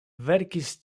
verkis